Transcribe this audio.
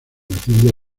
mathilde